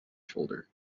shoulder